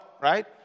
right